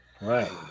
Right